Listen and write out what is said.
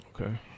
Okay